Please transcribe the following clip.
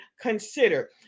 consider